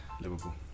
Liverpool